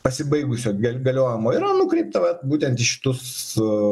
pasibaigusio g galiojimo yra nukreipta vat būtent į šitus